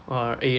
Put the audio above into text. !wah! eh